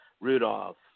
Rudolph